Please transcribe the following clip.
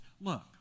look